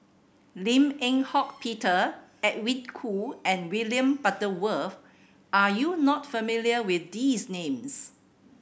Lim Eng Hock Peter Edwin Koo and William Butterworth are you not familiar with these names